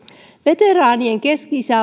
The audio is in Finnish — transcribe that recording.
veteraanien keski